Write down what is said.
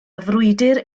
frwydr